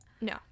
No